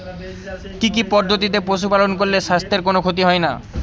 কি কি পদ্ধতিতে পশু পালন করলে স্বাস্থ্যের কোন ক্ষতি হয় না?